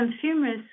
Consumers